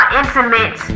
intimate